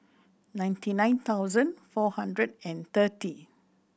ninety nine thousand four hundred and thirty